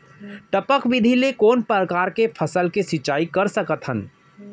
टपक विधि ले कोन परकार के फसल के सिंचाई कर सकत हन?